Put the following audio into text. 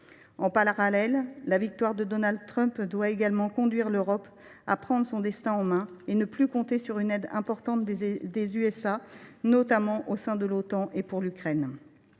En parallèle, la victoire de Donald Trump doit conduire l’Europe à prendre son destin en main et à ne plus compter sur une aide importante des États Unis, notamment au sein de l’Otan et dans le cadre